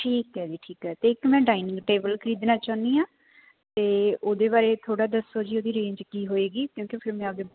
ਠੀਕ ਹੈ ਜੀ ਠੀਕ ਹੈ ਅਤੇ ਇੱਕ ਮੈਂ ਡਾਇਨਿੰਗ ਟੇਬਲ ਖਰੀਦਣਾ ਚਾਹੁੰਦੀ ਹਾਂ ਅਤੇ ਉਹਦੇ ਬਾਰੇ ਥੋੜ੍ਹਾ ਦੱਸੋ ਜੀ ਉਹਦੀ ਰੇਂਜ ਕੀ ਹੋਏਗੀ ਕਿਉਂਕਿ ਫਿਰ ਮੈਂ ਆਪਦੇ